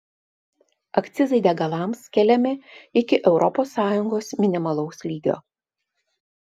akcizai degalams keliami iki europos sąjungos minimalaus lygio